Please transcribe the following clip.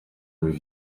with